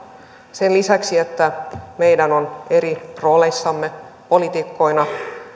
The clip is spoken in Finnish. sen lisäksi että meidän on eri rooleissamme politiikkoina